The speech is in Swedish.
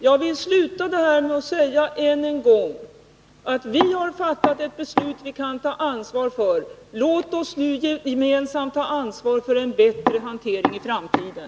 Jag vill sluta med att ännu en gång säga att vi har fattat ett beslut som vi kan ta ansvar för. Låt oss nu gemensamt ta ansvar för en bättre hantering i framtiden.